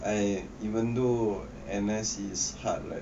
I even though N_S is hard right